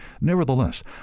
Nevertheless